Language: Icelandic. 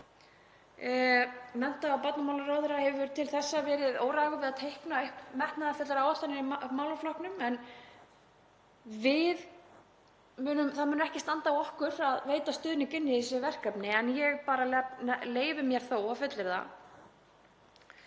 Mennta- og barnamálaráðherra hefur til þessa verið óragur við að teikna upp metnaðarfullar áætlanir í málaflokknum. Það mun ekki standa á okkur að veita stuðning inn í þessi verkefni en ég bara leyfi mér þó að fullyrða